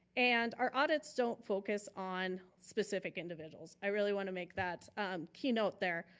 and our audits don't focus on specific individuals. i really wanna make that keynote there.